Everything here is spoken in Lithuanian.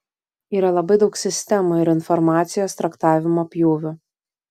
yra labai daug sistemų ir informacijos traktavimo pjūvių